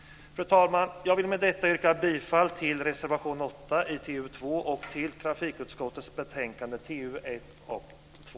Fru talman! Jag vill med detta yrka bifall till reservation 8 i TU2 och i övrigt till utskottets förslag i trafikutskottets betänkanden TU1 och TU2.